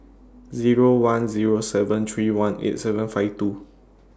Zero one Zero seven three one eight seven five two